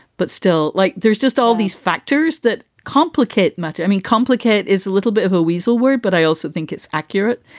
but still, like there's just all these factors that complicate matters. i mean, complicated is a little bit of a weasel word, but i also think it's accurate.